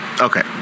Okay